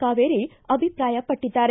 ಕಾವೇರಿ ಅಭಿಪ್ರಾಯಪಟ್ಟದ್ದಾರೆ